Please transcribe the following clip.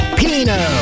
pino